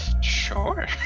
sure